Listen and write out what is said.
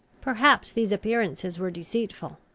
perhaps these appearances were deceitful.